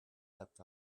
kept